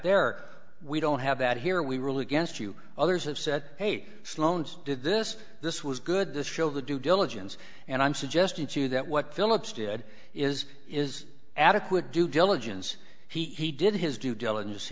there we don't have that here we really against you others have said hey sloan's did this this was good this show the due diligence and i'm suggesting to you that what phillips did is is adequate due diligence he did his due diligence